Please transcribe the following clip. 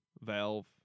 Valve